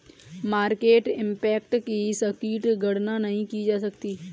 market impact की सटीक गणना नहीं की जा सकती